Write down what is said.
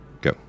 Go